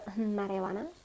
marijuana